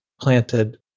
planted